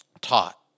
taught